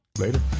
Later